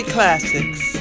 Classics